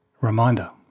reminder